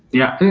yeah.